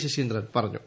ശശീന്ദ്രൻ പറഞ്ഞു